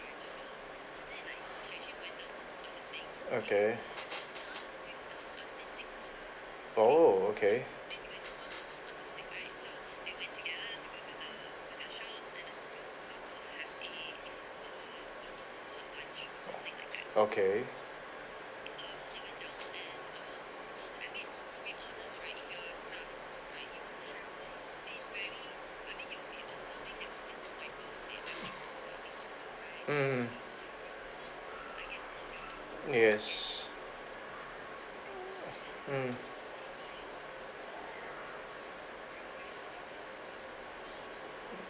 okay oh okay okay mm mm yes mm